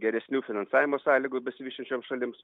geresnių finansavimo sąlygų besivystančioms šalims